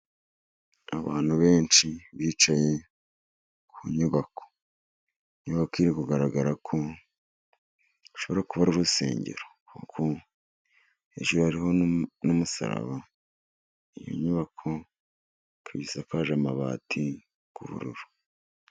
Abantu benshi bicaye ku nyubako. Inyubako iri kugaragara ko ishobora kuba ari urusengero. Kuko hejuru hariho n'umusaraba, iyo nyubako ikaba isakaje amabati y'ubururu.